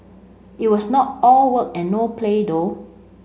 it was not all work and no play though